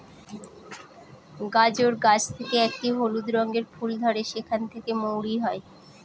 গাজর গাছ থেকে একটি হলুদ রঙের ফুল ধরে সেখান থেকে মৌরি হয়